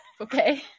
okay